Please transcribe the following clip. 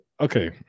Okay